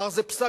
מחר זה פסק-דין